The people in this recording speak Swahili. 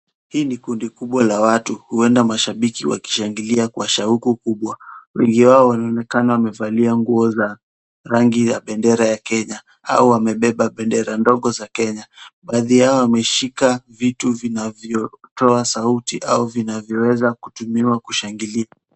Hii ni kundi kubwa la watu, huenda mashabiki wakishangilia kwa shauku kubwa. Wengi wao wanonekana wamevalia nguo za rangi ya bendera ya Kenya, au wamebeba bendera ndogo za Kenya. Baadhi yao wameshika vitu vinavyotoa sauti, au vinavyoweza kutumiwa kushangilia.